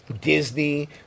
Disney